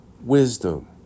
wisdom